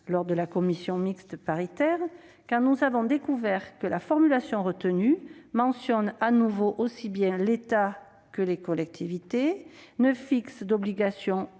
de la commission mixte paritaire, quand nous avons découvert que la formulation retenue mentionne de nouveau aussi bien l'État que les collectivités, et ne fixe d'obligation